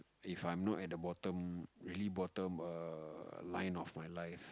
if I'm not at the bottom really bottom line of my life